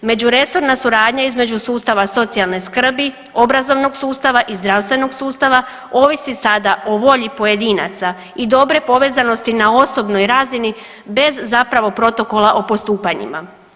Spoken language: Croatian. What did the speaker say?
Međuresorna suradnja između sustava socijalne skrbi, obrazovnog sustava i zdravstvenog sustava ovisi sada o volji pojedinaca i dobre povezanosti na osobnoj razini bez zapravo protokola o postupanjima.